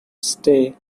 stay